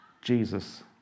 Jesus